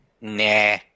nah